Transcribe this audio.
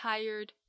Tired